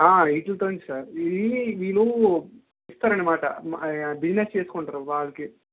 ఆ వీటితోనే సార్ ఇవి వీళ్ళు ఇస్తారనమాట బిజినెస్ చేసుకుంటారు వాళ్ళకి